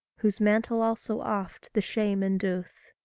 whose mantle also oft the shame indu'th.